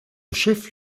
chef